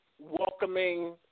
welcoming